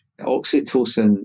Oxytocin